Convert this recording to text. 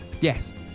Yes